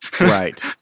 Right